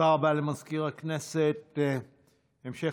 תורים ארוכים ברשות האוכלוסין,